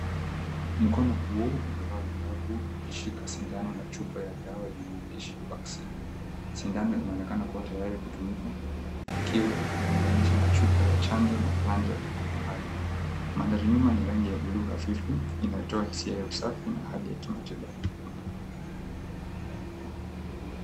Mkono huu umevaa glavu ukishika sindano na chupa ya dawa yenye maandishi 'Vaccine'. Sindano inaonekana kuwa tayari kutumika ikiwa imeunganisha na chupa ya chanjo na plunger Iko mahali. Mandhari nyuma ni rangi ya buluu hafifu inayotoa hisia ya usafi na hali ya kimatibabu.